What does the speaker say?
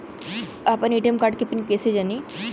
आपन ATM card के PIN कईसे जानी?